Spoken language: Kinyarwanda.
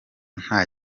nta